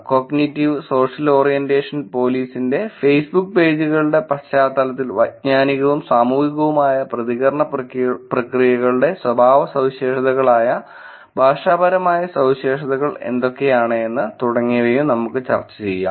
cognitive social orientation പോലീസിന്റെ Facebook പേജുകളുടെ പശ്ചാത്തലത്തിൽ വൈജ്ഞാനികവും സാമൂഹികവുമായ പ്രതികരണ പ്രക്രിയകളുടെ സ്വഭാവ സവിശേഷതകളായ ഭാഷാപരമായ സവിശേഷ തകൾ എന്തൊക്കെയാണ് തുടങ്ങിയവയും ചർച്ച ചെയ്യും